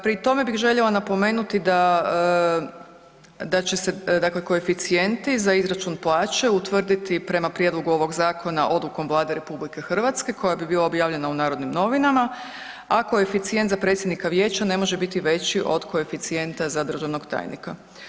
Pri tome bih željela napomenuti da će se dakle koeficijenti za izračun plaće utvrditi prema prijedlogu ovoga zakona odlukom Vlade RH koja bi bila objavljena u Narodnim novinama, a koeficijent za predsjednika vijeća ne može biti veći od koeficijenta za državnog tajnika.